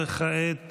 וכעת